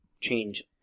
change